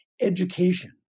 education